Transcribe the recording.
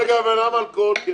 רגע, ולמה אלכוהול כן?